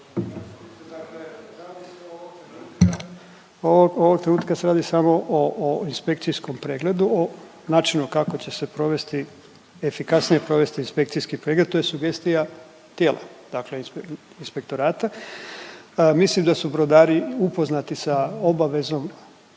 ovog trenutka se radi samo o inspekcijskom pregledu, o načinu kako će se provesti, efikasnije provesti inspekcijski pregled, to je sugestija tijela, dakle inspektorata. Mislim da su brodari upoznati sa obavezom